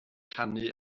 canu